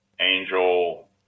angel